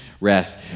rest